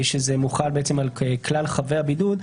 שזה מוחל על כלל חבי הבידוד.